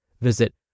Visit